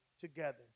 together